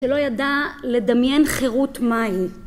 שלא ידע לדמיין חירות מהי